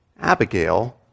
Abigail